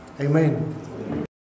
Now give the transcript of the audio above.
Amen